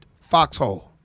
Foxhole